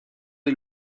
des